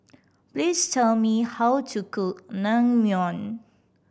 please tell me how to cook Naengmyeon